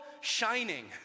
shining